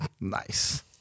Nice